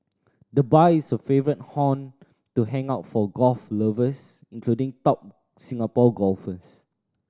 the bar is a favourite haunt to hang out for golf lovers including top Singapore golfers